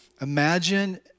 imagine